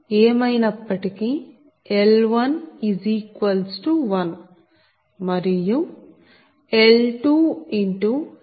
ఏమైనప్పటికీ L11మరియు L2dC2dPg20